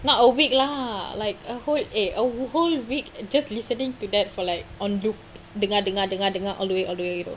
not a week lah like a whole eh a whole week just listening to that for like on loop dengar dengar dengar dengar all the way all the way though